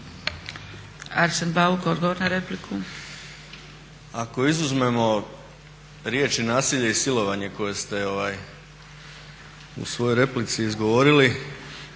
Arsen Bauk, odgovor na repliku. **Bauk, Arsen (SDP)** Ako izuzmemo riječi nasilje i silovanje koje ste u svojoj replici izgovorili